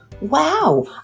wow